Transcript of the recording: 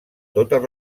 totes